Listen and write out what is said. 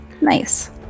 Nice